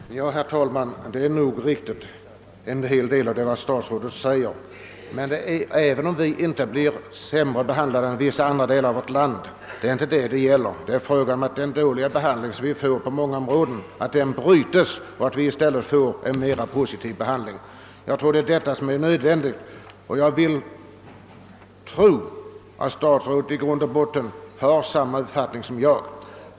Herr talman! En hel del av vad statsrådet säger är riktigt. Frågan gäller emellertid inte huruvida vi där nere i Kristianstads län blir sämre behandlade än vissa andra delar av landet, utan den gäller, att den dåliga behandling, som vi utsätts för på många områden, måste brytas så att vi får en mer positiv behandling. Jag tror att statsrådet i grund och botten har samma uppfattning som jag.